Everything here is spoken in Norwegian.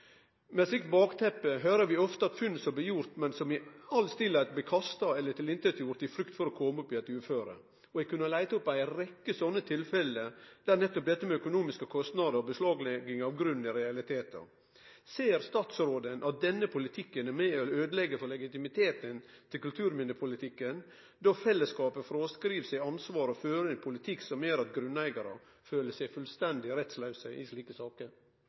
Med eit slikt bakteppe høyrer vi ofte om funn som blir gjorde, men som i det stille blir kasta eller gjorde til inkjes av grunneigaren i frykt for at han skal kome opp i eit uføre. Eg kunne ha leita opp ei rekkje slike tilfelle, der nettopp dette med økonomiske kostnader og beslaglegging av grunn er realitetar. Ser statsråden at denne politikken er med og øydelegg legitimiteten til kulturminnepolitikken – når fellesskapen fråskriv seg ansvaret og fører ein politikk som gjer at grunneigarar føler seg fullstendig rettslause i slike saker?